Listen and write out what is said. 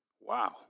Wow